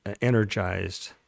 energized